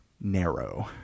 narrow